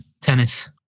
Tennis